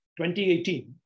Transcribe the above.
2018